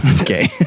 Okay